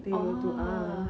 orh